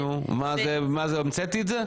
נו, מה המצאתי את זה?